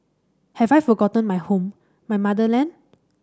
have I forgotten my home my motherland